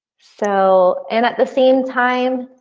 so and at the same time,